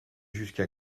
jusqu’à